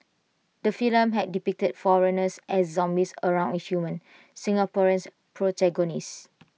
the film had depicted foreigners as zombies around A human Singaporeans protagonist